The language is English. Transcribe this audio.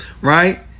right